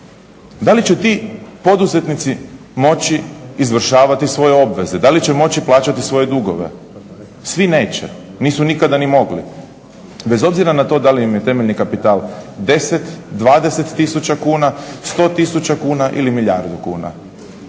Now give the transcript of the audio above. Da li će ti poduzetnici moći izvršavati svoje obveze, da li će moći plaćati svoje dugove? Svi neće, nisu nikada ni mogli bez obzira na to da li im je temeljni kapital 10, 20 tisuća kuna, 100 tisuća kuna ili milijardu kuna.